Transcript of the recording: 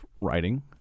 writing